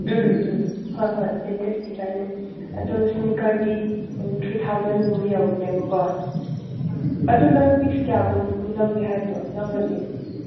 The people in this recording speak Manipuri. ꯎꯝ ꯎꯝ ꯍꯣꯏ ꯍꯣꯏ ꯂꯩꯇꯦꯁ ꯗꯤꯖꯥꯎꯟꯅꯦ ꯑꯗꯣ ꯏꯁꯅꯤꯀꯔꯗꯤ ꯊ꯭ꯔꯤ ꯊꯥꯎꯖꯟꯒꯨꯝꯕ ꯌꯧꯕꯅꯦꯕꯀꯣ ꯑꯗꯨ ꯅꯪ ꯄꯤꯁ ꯀꯌꯥꯒꯨꯝꯕ ꯂꯧꯒꯦ ꯍꯥꯏꯕ꯭ꯔꯣ ꯂꯧꯔꯗꯤ